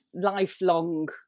lifelong